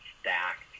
stacked